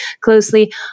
closely